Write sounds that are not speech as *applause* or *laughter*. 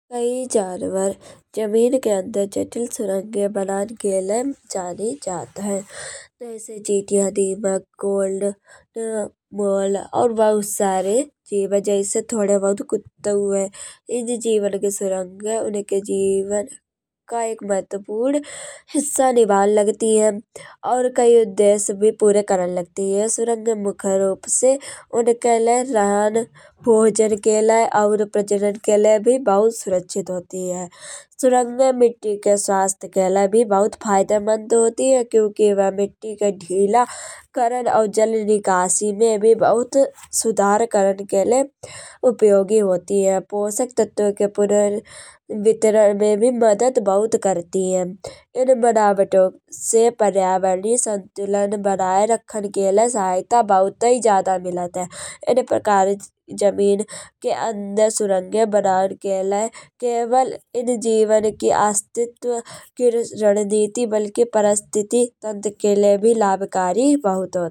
काई जानवर जमीन के अंदर जटिल सुरंगे बनान के लैन जाने जात है। जैसे चीटियाँ, दीमक, कोंड *unintelligible* मोल और बहुत सारे जीव हैं जैसे थोड़े बहुत कुताउ हैं। इन जीव्न की सुरंगे उनके जीवन का एक महत्त्वपूर्ण हिस्सा निभान लगती हैं। और कई उद्देश्य भी पूरे करन लगती हैं। ये सुरंगे मुख्य रूप से उनके लेय रहन, भोजन के लेय और प्रजनन लेय भी बहुत सुरक्षित होती हैं। सुरंगे मिट्टी के स्वास्थ्य के लेय भी फायदेमंद होती हैं। क्योंकि वह मिट्टी के ढीला करन और जल निकासी में भी बहुत सुधार करन के लेय उपयोगी होती हैं। पोषक तत्व के पुनर्वितरण में भी मदद बहुत करती हैं। इन बनावटो से पर्यावरणीय संतुलन बनाए रखन के लेय सहायता बहुताई ज्यादा मिलत है। इन प्रकार जमीन के अंदर सुरंगे बनाऊन के लेय। केवल इन जीव्न की आस्तित्व की रणनीति बल्कि परिस्थिति तंत्र के लिए भी लाभकारी बहुत होत।